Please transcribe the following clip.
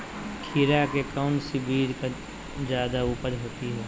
खीरा का कौन सी बीज का जयादा उपज होती है?